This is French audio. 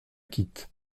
quitte